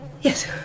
Yes